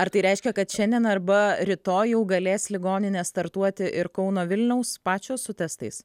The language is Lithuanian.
ar tai reiškia kad šiandien arba rytoj jau galės ligoninė startuoti ir kauno vilniaus pačios su testais